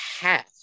half